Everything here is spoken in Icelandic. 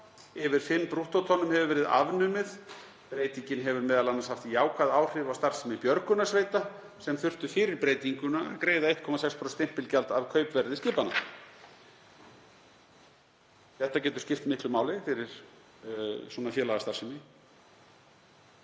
yfir fimm brúttótonnum hefur verið afnumið. Breytingin hefur m.a. haft jákvæð áhrif á starfsemi björgunarsveita sem þurftu fyrir breytinguna að greiða 1,6% stimpilgjald af kaupverði skipanna. Þetta getur skipt miklu máli fyrir svona félagastarfsemi.